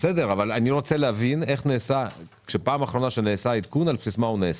אני רוצה להבין על בסיס מה נעשה העדכון האחרון.